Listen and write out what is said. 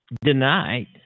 denied